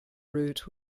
route